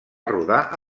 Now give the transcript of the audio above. rodar